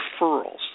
referrals